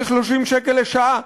ל-30 שקל לשעה,